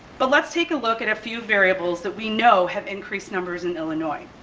but let's take a look at a few variables that we know have increased numbers in illinois.